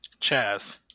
Chaz